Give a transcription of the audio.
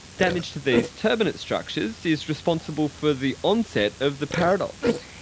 damage to these turbinate structures is responsible for the onset of the paradox.